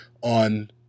on